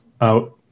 out